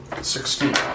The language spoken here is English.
Sixteen